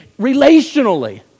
relationally